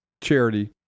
charity